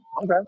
okay